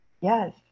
Yes